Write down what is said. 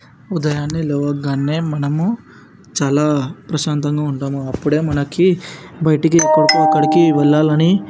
ఉదయాన్నే లేవంగానే మనము చాలా ప్రశాంతంగా ఉంటాము అప్పుడే మనకి బయటకి ఎక్కడికి వెళ్లాలని